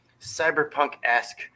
cyberpunk-esque